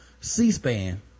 c-span